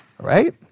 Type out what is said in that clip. Right